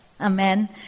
Amen